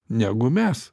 negu mes